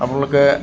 আপোনলোকে